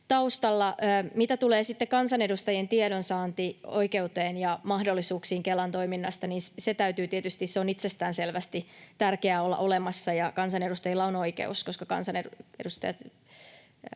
taustalla. Mitä tulee sitten kansanedustajien tiedonsaantioikeuteen ja -mahdollisuuksiin Kelan toiminnasta, niin sen on itsestäänselvästi tärkeää olla olemassa. Koska Kela on eduskunnan alainen, niin kansanedustajalla